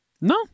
no